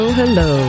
hello